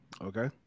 okay